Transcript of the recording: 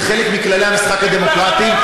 זה חלק מכללי המשחק הדמוקרטי,